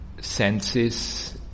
senses